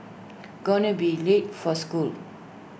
gonna be late for school